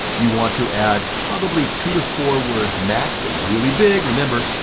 you want to add probably two to four words max, really big, remember,